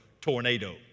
tornado